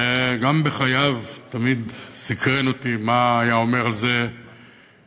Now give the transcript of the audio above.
וגם בחייו תמיד סקרן אותי מה היה אומר על זה יוסי,